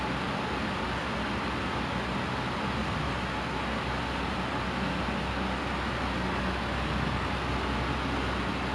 just rich like dia orang rasa like that sepuluh sen pon macam tak ada apa apa gitu so dia orang macam oh just bayar it gitu